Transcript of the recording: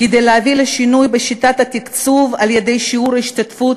כדי להביא לשינוי בשיטת התקצוב על-ידי שיעור ההשתתפות